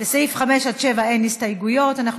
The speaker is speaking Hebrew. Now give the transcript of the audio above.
7 אין הסתייגויות.